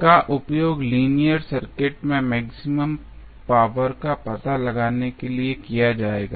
का उपयोग linear circuit में मैक्सिमम पावर का पता लगाने के लिए किया जाएगा